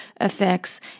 effects